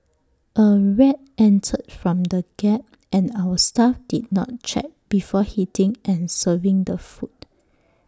A rat entered from the gap and our staff did not check before heating and serving the food